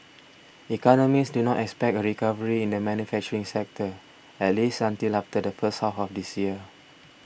economists do not expect a recovery in the manufacturing sector at least until after the first half of this year